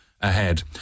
ahead